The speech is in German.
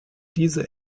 diese